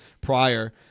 prior